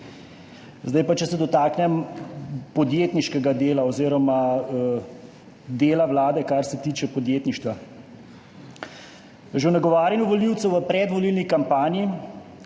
kot mi. Če se dotaknem podjetniškega dela oziroma dela vlade, kar se tiče podjetništva. Že v nagovarjanju volivcev v predvolilni kampanji